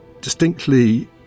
distinctly